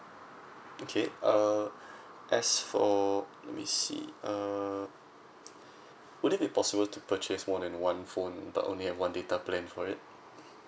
okay uh as for let me see uh would it be possible to purchase more than one phone but only have one data plan for it